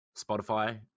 spotify